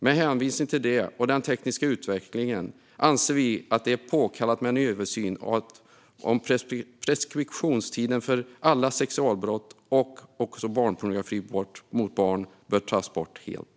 Med hänvisning till det och den tekniska utvecklingen anser vi att det är påkallat med en översyn av om preskriptionstiden för alla sexualbrott mot barn, även barnpornografibrott, bör tas bort helt.